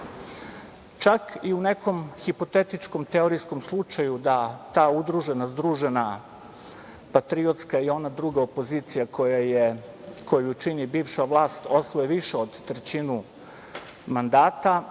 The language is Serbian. i u nekom hipotetičkom teorijskom slučaju da ta udružena, združena patriotska i ona druga opozicija koju čini bivša vlast osvoje više od trećinu mandata,